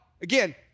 again